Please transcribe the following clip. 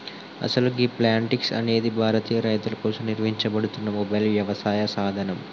అసలు గీ ప్లాంటిక్స్ అనేది భారతీయ రైతుల కోసం నిర్వహించబడుతున్న మొబైల్ యవసాయ సాధనం